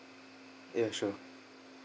ya sure